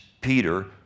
Peter